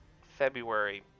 February